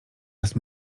das